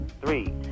three